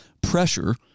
pressure